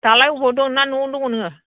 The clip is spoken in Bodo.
दालाय अबाव दं ना न'आव दङ नोङो